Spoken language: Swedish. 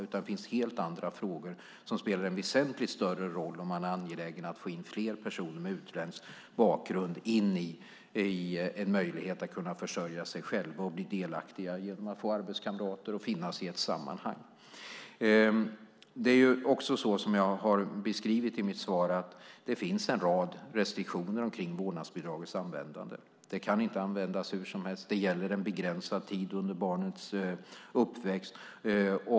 Det finns i stället helt andra frågor som spelar en väsentligt större roll om vi är angelägna om att få in fler personer med utländsk bakgrund i en möjlighet att försörja sig själva, bli delaktiga, få arbetskamrater och finnas i ett sammanhang. Det är också så som jag har beskrivit i mitt svar, nämligen att det finns en rad restriktioner omkring vårdnadsbidragets användande. Det kan inte användas hur som helst; det gäller en begränsad tid under barnets uppväxt.